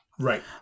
Right